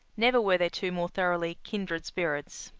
never were there two more thoroughly kindred spirits.